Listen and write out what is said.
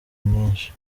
nyinshi